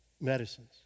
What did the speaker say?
medicines